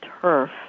turf